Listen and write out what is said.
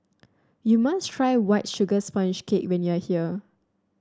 you must try White Sugar Sponge Cake when you are here